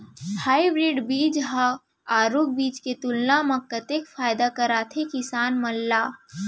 Hybrid बीज हा आरूग बीज के तुलना मा कतेक फायदा कराथे किसान मन ला?